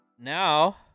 Now